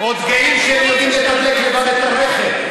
עוד גאים שהם יודעים לתדלק לבד את הרכב,